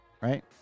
Right